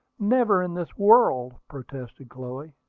never in this world! protested chloe.